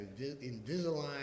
Invisalign